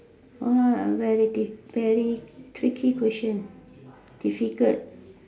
!wah! very diff~ very tricky question difficult